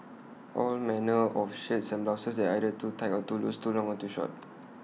all manner of shirts and blouses that are either too tight or too loose too long or too short